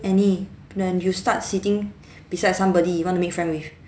any when you start sitting beside somebody you wanna make friend with